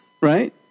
Right